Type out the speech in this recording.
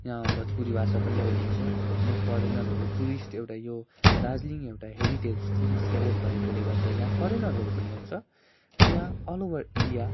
यहाँ भोजपुरी भाषा पनि बोलिन्छ यहाँ फरेनरहरू टुरिस्ट एउटा यो दार्जिलिङ एउटा हेरिटेज टुरिस्ट स्पोट भएकोले गर्दाखेरि यहाँ फरेनरहरू पनि आउँछ र यहाँ अलओभर इन्डिया